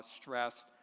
stressed